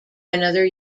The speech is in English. another